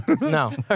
No